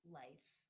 life